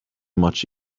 much